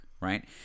Right